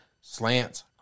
slants